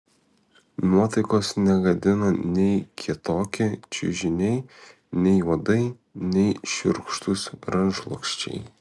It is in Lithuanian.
nuotaikos negadino nei kietoki čiužiniai nei uodai nei šiurkštūs rankšluosčiai